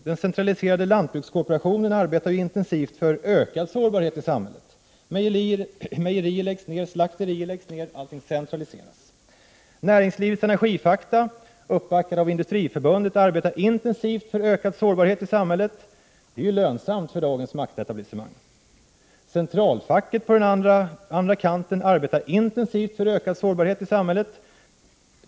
Den centraliserade lantbrukskooperationen arbetar intensivt för ökad sårbarhet i samhället. Mejerier läggs ner, slakterier läggs ner, allting centraliseras. Näringslivets Energifakta, uppbackad av Industriförbundet, arbetar intensivt för ökad sårbarhet i såmhället. Det är lönsamt för dagens maktetablissemang. Centralfacket på den andra kanten arbetar intensivt för ökad sårbarhet i samhället.